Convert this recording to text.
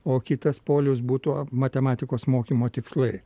o kitas polius būtų matematikos mokymo tikslai